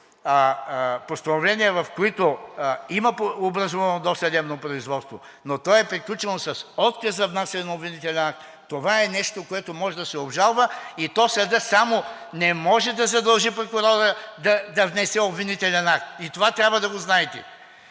постановления, в които има образувано досъдебно производство, но то е приключено с отказ на внасяне на обвинителен акт – това е нещо, което може да се обжалва, и то съдът само не може да задължи прокурора да внесе обвинителен акт. И това трябва да го знаете.